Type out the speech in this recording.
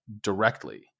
directly